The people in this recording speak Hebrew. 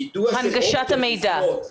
הנגשת המידע.